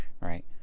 right